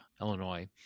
Illinois